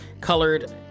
colored